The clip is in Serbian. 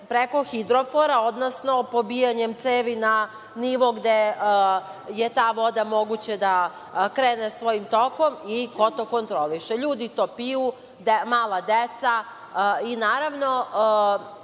preko hidrofora, odnosno pobijanjem cevi na nivo gde je ta voda moguće da krene svojim tokom i ko to kontroliše? Ljudi to piju, mala deca, i naravno